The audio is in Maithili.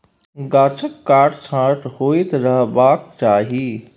गाछक काट छांट होइत रहबाक चाही